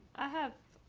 i have